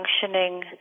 functioning